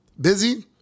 Busy